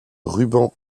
ruban